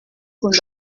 con